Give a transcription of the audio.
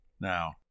Now